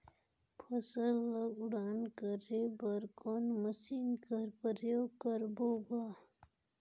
फसल ल उड़ान करे बर कोन मशीन कर प्रयोग करबो ग?